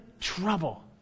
trouble